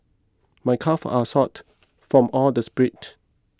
my calves are sort from all the sprint